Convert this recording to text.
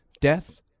death